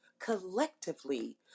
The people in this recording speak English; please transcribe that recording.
Collectively